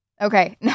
Okay